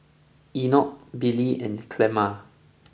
Enoch Billy and Clemma